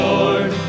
Lord